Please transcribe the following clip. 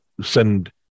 send